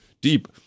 deep